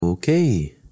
okay